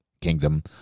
kingdom